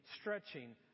stretching